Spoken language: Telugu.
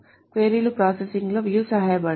క్వరీ ల ప్రాసెసింగ్లో views సహాయపడతాయి